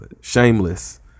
Shameless